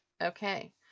Okay